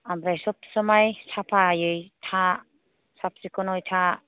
ओमफ्राय सोब समाय साफायै था साब सिखोनै था